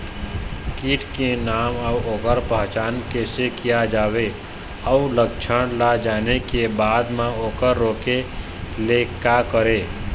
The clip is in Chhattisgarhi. कीट के नाम अउ ओकर पहचान कैसे किया जावे अउ लक्षण ला जाने के बाद मा ओकर रोके ले का करें?